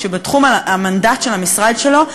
שבתחום המנדט של המשרד שלו,